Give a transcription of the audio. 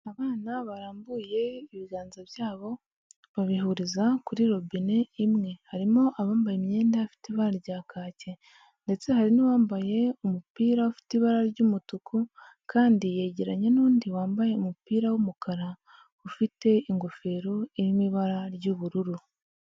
Abana barambuye ibiganza byabo babihuriza kuri robine imwe. Harimo abambaye imyenda ifite ibara rya kake ndetse hari n'uwambaye umupira ufite ibara ry'umutuku kandi yegeranye n'undi wambaye umupira w'umukara ufite ingofero irimo ibara ry'ubururu.